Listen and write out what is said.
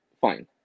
fine